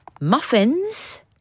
Muffins